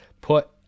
put